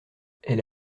elle